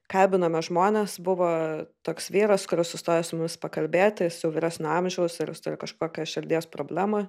kalbinome žmones buvo toks vyras kuris sustojo su mus pakalbėti su vyresnio amžiaus ir jis turi kažkokią širdies problemą